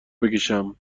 بکشم